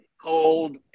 cold